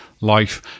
life